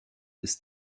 ist